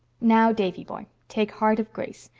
now, davy-boy, take heart of grace.